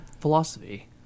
philosophy